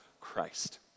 Christ